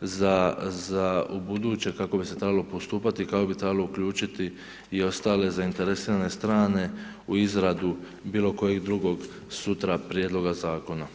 za ubuduće kako bi se trebalo postupati i kako bi trebalo uključiti i ostale zainteresirane strane u izradu bilo kojeg drugog sutra prijedloga zakona.